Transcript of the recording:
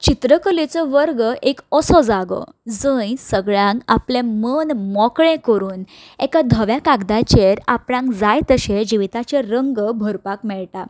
चित्रकलेचो वर्ग एक असो जागो जंय सगळ्यांक आपलें मन मोकळें करून एका धव्या कागदाचेर आपणाक जाय तशें जिविताचे रंग भरपाक मेळटा